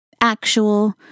actual